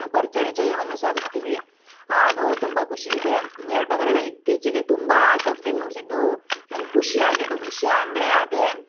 ಭರ್ಜರಿ ಜಯವನ್ನು ಸಾಧಿಸ್ತೀವಿ ಅದು ತುಂಬ ಖುಷಿ ಇದೆ ಹೇಳ್ಬೇಕಂದ್ರ್ ಇತ್ತೀಚೆಗೆ ತುಂಬ ಆಸಕ್ತಿ ಮೂಡಿಸಿದ್ದು ನನಗ್ ಖುಷಿ ಆಗಿದ್ದು ವಿಷಯ ಅಂದರೆ ಅದೇ